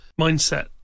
mindset